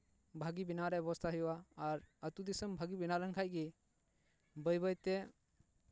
ᱵᱷᱟᱜᱮ ᱵᱮᱱᱟᱣ ᱨᱮᱭᱟᱜ ᱵᱮᱵᱚᱥᱛᱷᱟ ᱦᱩᱭᱩᱜᱼᱟ ᱟᱨ ᱟᱹᱛᱩ ᱫᱤᱥᱚᱢ ᱵᱷᱟᱜᱮ ᱵᱮᱱᱟᱣ ᱞᱮᱱ ᱠᱷᱟᱡ ᱜᱮ ᱵᱟᱹᱭ ᱵᱟᱹᱭ ᱛᱮ